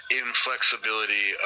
inflexibility